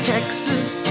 Texas